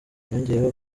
yongeyeho